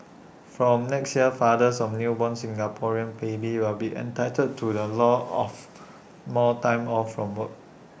from next year fathers of newborn Singaporean babies will be entitled to the law of more time off from work